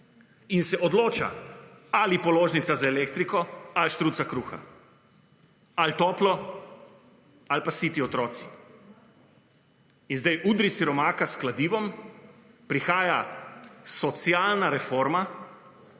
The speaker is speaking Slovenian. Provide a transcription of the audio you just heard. In se odloča ali položnica za elektriko, ali štruca kruha, ali toplo ali pa siti otroci. In zdaj, udri siromaka s kladivom, prihaja socialna reforma,